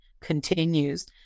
continues